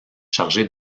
chargé